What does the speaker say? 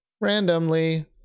randomly